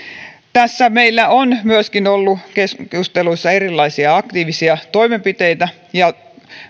tässä meillä on myöskin ollut keskusteluissa erilaisia aktiivisia toimenpiteitä ja